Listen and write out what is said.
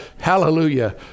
hallelujah